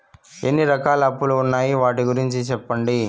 ఎన్ని రకాల అప్పులు ఉన్నాయి? వాటి గురించి సెప్పండి?